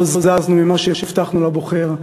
לא זזנו ממה שהבטחנו לבוחר.